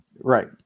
Right